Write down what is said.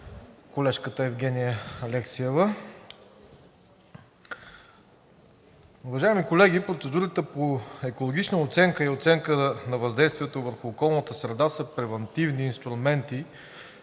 колежката Евгения Алексиева.